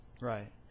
Right